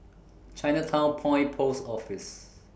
Chinatown Point Post Office